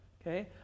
okay